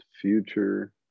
future